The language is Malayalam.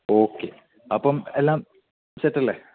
ഓക്കേ അപ്പം എല്ലാം സെറ്റല്ലേ